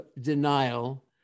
denial